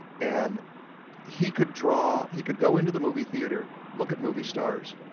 and he could draw he could go into the movie theater, look at movie stars,